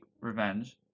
Revenge